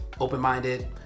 open-minded